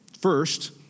First